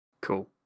Cool